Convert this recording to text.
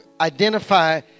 identify